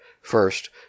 first